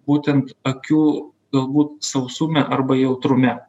būtent akių galbūt sausume arba jautrume